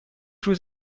روز